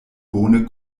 bone